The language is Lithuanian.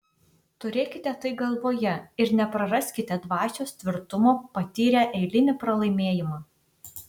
turėkite tai galvoje ir nepraraskite dvasios tvirtumo patyrę eilinį pralaimėjimą